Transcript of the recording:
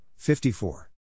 54